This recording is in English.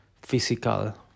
physical